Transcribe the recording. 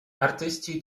artyści